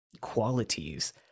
qualities